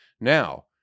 Now